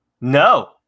No